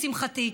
לשמחתי,